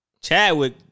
Chadwick